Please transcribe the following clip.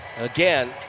Again